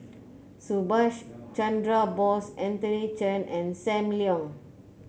Subhas Chandra Bose Anthony Chen and Sam Leong